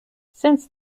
since